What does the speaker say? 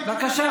בבקשה,